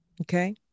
okay